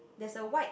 there a white